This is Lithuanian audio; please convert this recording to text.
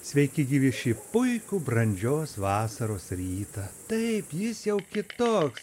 sveiki gyvi šį puikų brandžios vasaros rytą taip jis jau kitoks